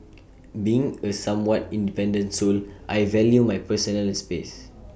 being A somewhat independent soul I value my personal space